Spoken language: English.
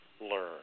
learn